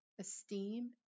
esteem